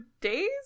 days